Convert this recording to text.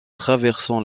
traversant